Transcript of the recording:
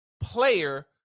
player